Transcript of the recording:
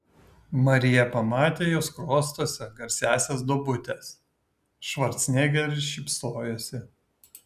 marija pamatė jo skruostuose garsiąsias duobutes švarcnegeris šypsojosi